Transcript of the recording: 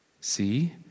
See